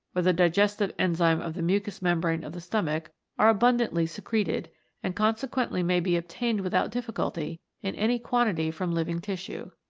or the digestive enzyme of the mucous membrane of the stomach are abundantly secreted and conse quently may be obtained without difficulty in any quantity from living tissue.